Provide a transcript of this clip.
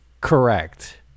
correct